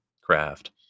craft